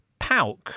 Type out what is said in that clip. Pauk